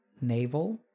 navel